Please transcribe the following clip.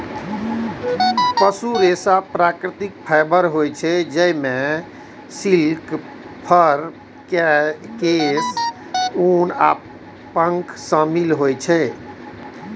पशु रेशा प्राकृतिक फाइबर होइ छै, जइमे सिल्क, फर, केश, ऊन आ पंख शामिल होइ छै